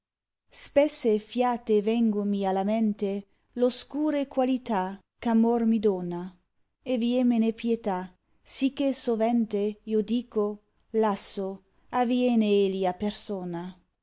ispesse fiate vengommi alla mente l oscure qualità eh amor mi dona e viemmeoe pietà sicché sovente io dico lasso avviene egli a persona